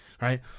right